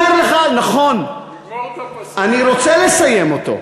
נכון, אני רוצה לסיים אותו.